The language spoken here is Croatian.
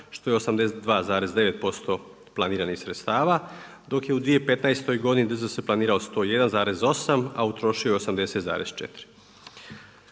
što je 82,9% planiranih sredstava, dok je u 2015. godini DZS planirao 101,8, a utrošio je 80,4.